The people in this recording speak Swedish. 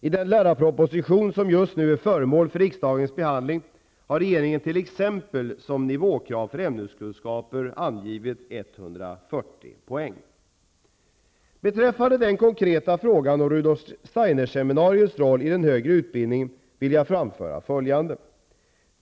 I den lärarproposition som just nu är föremål för riksdagens behandling har regeringen t.ex. som nivåkrav för ämneskunskaper angivit 140 poäng. Steiner-seminariets roll i den högre utbildningen vill jag framföra följande.